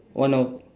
one of